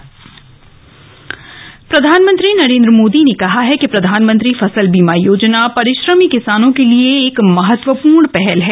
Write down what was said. प्रधानमंत्री फसल बीमा योजना प्रधानमंत्री नरेंद्र मोदी ने कहा है कि प्रधानमंत्री फसल बीमा योजना परिश्रमी किसानों के लिए एक महत्वपूर्ण पहल है